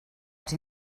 els